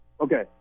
Okay